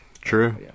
True